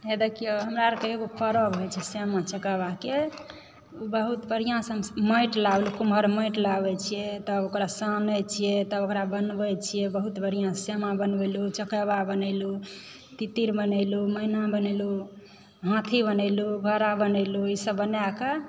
हे देखियौ हमरा अरके एगो परव होइ छै सामा चकेवाके ओ बहुत बढ़िआँ सँ माटि लाबै कुमहर माटि लाबै छियै तब ओकरा सानै छियै तब ओकरा बनबै छियै बहुत बढ़िआँ सामा बनेलहुँ चकेबा बनेलहुँ तित्तिर बनेलहुँ मैना बनेलहुँ हाथी बनेलहुँ घोड़ा बनेलहुँ ई सब बनाकऽ